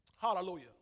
Hallelujah